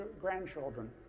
grandchildren